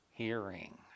Hearing